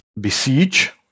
besiege